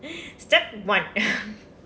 step one